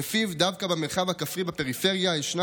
שלפיו דווקא במרחב הכפרי בפריפריה ישנה